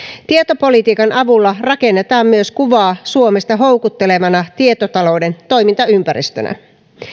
tietopolitiikan avulla rakennetaan myös kuvaa suomesta houkuttelevana tietotalouden toimintaympäristönä